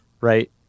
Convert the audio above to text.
right